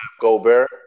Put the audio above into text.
Gobert